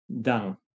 down